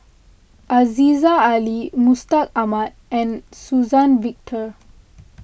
Aziza Ali Mustaq Ahmad and Suzann Victor